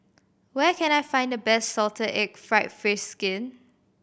where can I find the best salted egg fried fish skin